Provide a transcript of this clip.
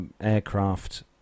aircraft